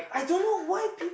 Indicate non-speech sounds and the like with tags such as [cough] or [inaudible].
[laughs]